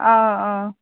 آ آ